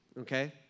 Okay